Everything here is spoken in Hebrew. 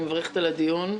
אני מברכת על הדיון.